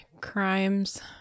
crimes